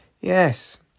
Yes